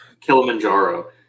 Kilimanjaro